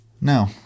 No